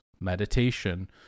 meditation